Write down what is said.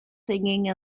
singing